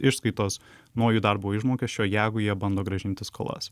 išskaitos nuo jų darbo užmokesčio jeigu jie bando grąžinti skolas